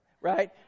right